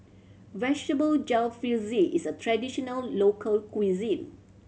Vegetable Jalfrezi is a traditional local cuisine